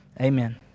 Amen